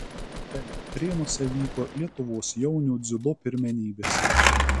elektrėnuose vyko lietuvos jaunių dziudo pirmenybės